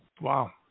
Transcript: Wow